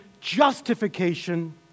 justification